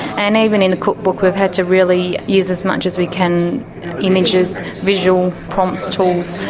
and even in the cookbook we've had to really use as much as we can images, visual prompts, tools,